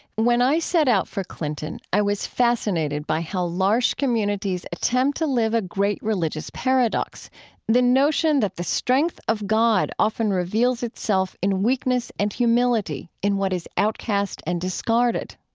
when i set out for clinton, i was fascinated by how l'arche communities attempt to live a great religious paradox the notion that the strength of god often reveals itself in weakness and humility, in what is outcast and discarded.